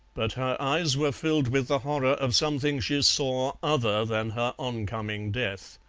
but her eyes were filled with the horror of something she saw other than her oncoming death.